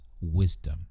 wisdom